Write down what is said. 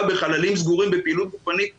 בחללים סגורים בפעילות גופנית מאומצת.